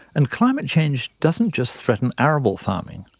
and climate change doesn't just threaten arable farming.